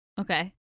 Okay